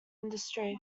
industry